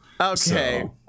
Okay